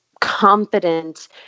confident